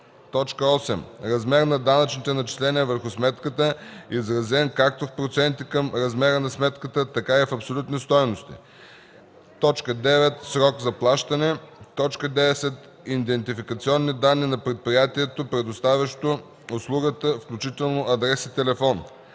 8. размер на данъчните начисления върху сметката, изразен както в проценти към размера на сметката, така и в абсолютни стойности; 9. срок за плащане; 10. идентификационни данни на предприятието, предоставящо услугата, включително адрес и телефон.